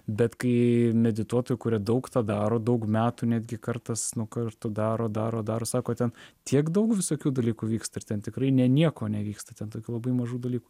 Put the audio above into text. bet kai medituotojų kurie daug tą daro daug metų netgi kartas nuo karto daro daro dar sakot ten tiek daug visokių dalykų vyksta ir ten tikrai ne nieko nevyksta ten tokių labai mažų dalykų